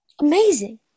Amazing